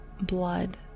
blood